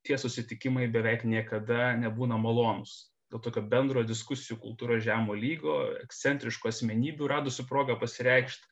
tie susitikimai beveik niekada nebūna malonūs dėl tokio bendro diskusijų kultūra žemo lygo ekscentriškų asmenybių radusių progą pasireikšt